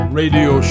radio